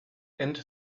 and